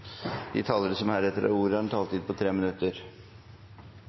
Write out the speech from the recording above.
De talere som heretter får ordet, har en taletid på inntil 3 minutter.